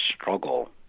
struggle